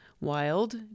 wild